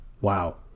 Wow